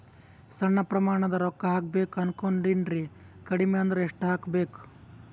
ಸಣ್ಣ ಪ್ರಮಾಣದ ರೊಕ್ಕ ಹಾಕಬೇಕು ಅನಕೊಂಡಿನ್ರಿ ಕಡಿಮಿ ಅಂದ್ರ ಎಷ್ಟ ಹಾಕಬೇಕು?